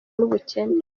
n’ubukene